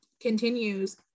continues